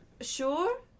Sure